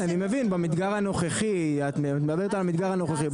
אני מבין במדגר הנוכחי את מדברת על המדגר הנוכחי.